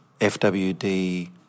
FWD